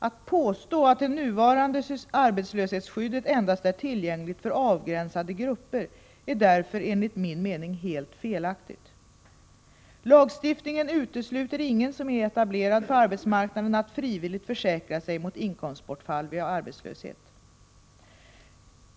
Att påstå att det nuvarande arbetslöshetsskyddet endast är tillgängligt för avgränsade grupper är därför enligt min mening helt felaktigt. Lagstiftningen utesluter ingen som är etablerad på arbetsmarknaden att frivilligt försäkra sig mot inkomstbortfall vid arbetslöshet.